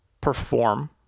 perform